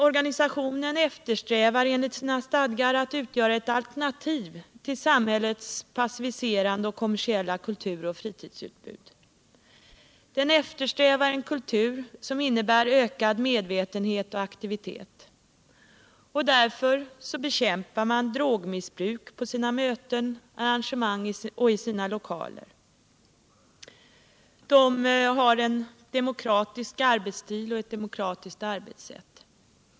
Organisationen eftersträvar enligt sina stadgar att utgöra ett alternativ till samhällets passiviserunde och kommersiella kultur och fritidsutbud. Den eftersträvar en kultur som innebär ökad medvetenhet och aktivitet. Därför bekämpar den drogmissbruk på sina möten och arrangemang och i sina lokaler. Den har en demokratisk arbetsstil och ett demokratiskt arbetssätt.